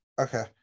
Okay